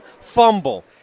fumble